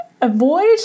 avoid